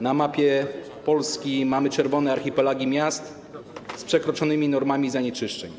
Na mapie Polski mamy czerwone archipelagi miast z przekroczonymi normami zanieczyszczeń.